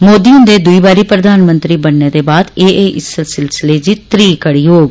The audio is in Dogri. मोदी हन्दे दुई बारी प्रधानमंत्री बनने दे बाद एह इस सिलसिले दी त्रीह कड़ी होग